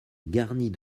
garnie